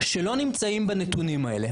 שלא נמצאים בנתונים האלה.